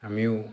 আমিও